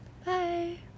Bye